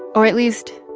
or at least,